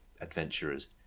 adventurers